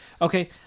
Okay